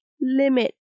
limit